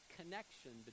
connection